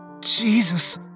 Jesus